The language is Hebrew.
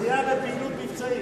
פציעה בפעילות מבצעית.